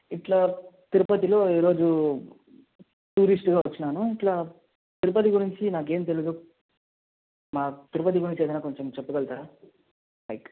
ఇట్లా తిరుపతిలో ఈ రోజు టూరిస్ట్గా వచ్చినాను ఇట్లా తిరుపతి గురించి నాకేం తెలీదు మా తిరుపతి గురించి ఏదన్నా కొంచెం చెప్పగలుగుతారా లైక్